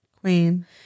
Queen